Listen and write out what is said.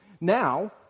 Now